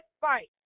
fight